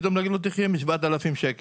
שקלים ולומר לו תחיה עם 7,000 שקלים.